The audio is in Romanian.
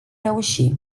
reuși